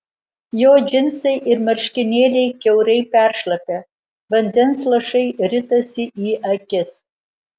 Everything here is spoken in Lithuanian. jo džinsai ir marškinėliai kiaurai peršlapę vandens lašai ritasi į akis